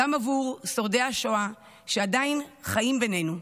גם עבור שורדי השואה שעדיין חיים בינינו,